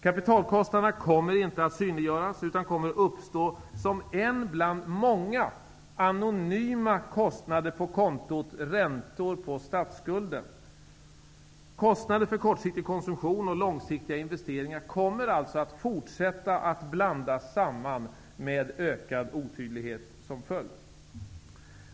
Kapitalkostnaderna kommer inte att synliggöras, utan kommer att uppstå som en bland många anonyma kostnader på kontot Räntor på statsskulden. Kostnader för kortsiktig konsumtion och långsiktiga investeringar kommer alltså även i fortsättningen att blandas samman, med ökad otydlighet som följd.